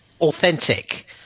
authentic